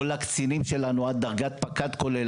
או לקצינים שלנו עד דרגת פקד כולל,